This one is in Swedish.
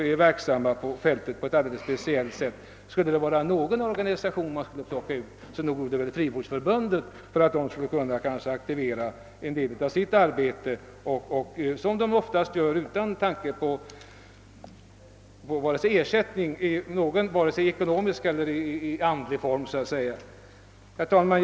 Frivårdsförbundet vore alltså den organisation som vid en vidgning av anslagsgränsen borde komma i första hand för att få möjlighet att aktivera sitt arbete. Detta utförs ofta utan tanke på ekonomisk eller annan ersättning. Herr talman!